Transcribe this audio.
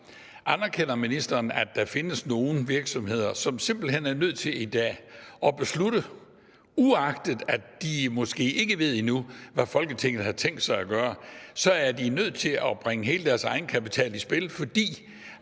Anerkender ministeren, at der findes nogle virksomheder, som i dag simpelt hen er nødt til at beslutte, uagtet at de måske endnu ikke ved, hvad Folketinget har tænkt sig at gøre, at de er nødt til at bringe hele deres egenkapital i spil, fordi